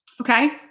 okay